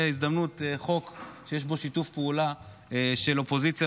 וזה חוק שיש בו שיתוף פעולה של אופוזיציה